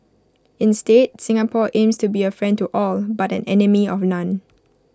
instead Singapore aims to be A friend to all but an enemy of none